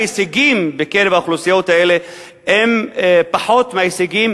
ההישגים בקרב האוכלוסיות האלה הם פחותים מההישגים